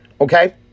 Okay